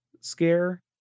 scare